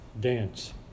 dance